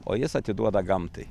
o jis atiduoda gamtai